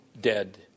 dead